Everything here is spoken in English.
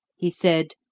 he said,